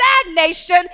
stagnation